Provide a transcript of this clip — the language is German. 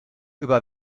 über